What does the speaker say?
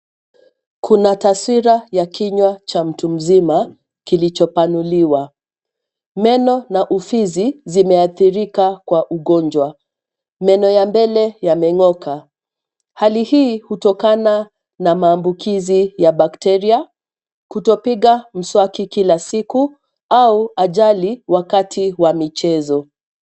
Kuna taswira ya kinywa cha mtu mzima, kilichopanuliwa, meno na ufizi zimeathirika kwa ugonjwa, meno ya mbele yameng'oka, hali hii hutokana, na maambukizi ya bacteria , kutopiga mswaki kila siku, au ajali wakati wa michezo.